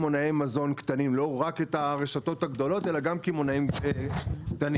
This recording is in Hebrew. לא רק את הרשתות הגדולות אלא גם קמעונאים קטנים.